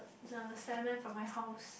it's a salmon from my house